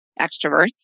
extroverts